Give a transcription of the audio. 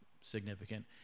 significant